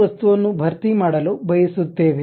ಈ ವಸ್ತುವನ್ನು ಭರ್ತಿ ಮಾಡಲು ಬಯಸುತ್ತೇವೆ